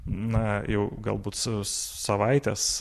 na jau galbūt su savaitės